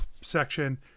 section